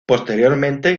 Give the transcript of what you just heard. posteriormente